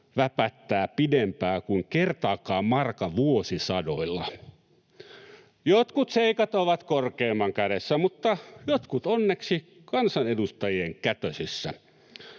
väpättää pidempää kuin kertaakaan markan vuosisadoilla. Jotkut seikat ovat korkeimman kädessä, mutta jotkut onneksi kansanedustajien kätösissä.